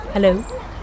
Hello